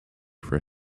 for